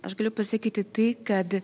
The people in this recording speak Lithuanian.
aš galiu pasakyti tai kad